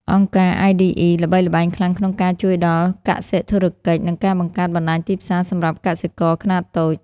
អង្គការ iDE ល្បីល្បាញខ្លាំងក្នុងការជួយដល់ "កសិធុរកិច្ច" និងការបង្កើតបណ្ដាញទីផ្សារសម្រាប់កសិករខ្នាតតូច។